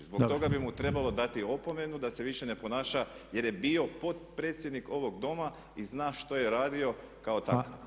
Zbog toga bi mu trebalo dati opomenu da se više ne ponaša, jer je bio potpredsjednik ovog doma i zna šta je radio kao takav.